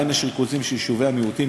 שבהם יש ריכוזים של יישובי מיעוטים,